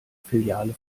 filiale